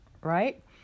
right